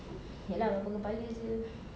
ya lah berapa kepala jer